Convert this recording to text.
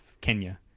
Kenya